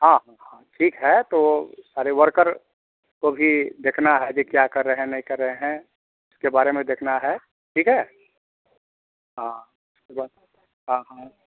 हाँ ठीक है तो सारे वर्कर को भी देखना है जो क्या कर रहे हैं नहीं कर रहे हैं उसके बारे में देखना है ठीक है हाँ हाँ हाँ